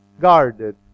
guarded